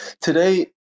today